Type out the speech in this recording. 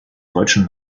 deutschen